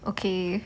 okay